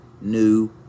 new